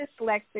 dyslexic